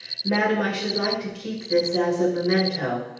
madame, i should like to keep this as a memento.